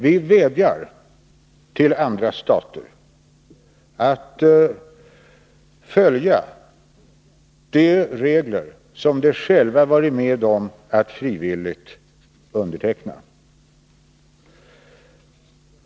Vi vädjar till andra stater att följa de regler som de själva har varit med om att frivilligt underteckna.